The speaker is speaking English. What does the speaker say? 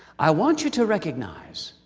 i want you to recognize,